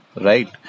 right